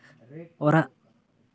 ᱚᱲᱟᱜ